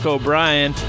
O'Brien